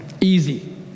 easy